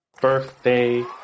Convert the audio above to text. birthday